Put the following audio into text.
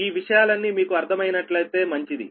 ఈ విషయాలన్నీ మీకు అర్థం అయినట్లయితే మంచిది